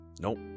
Nope